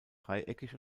dreieckig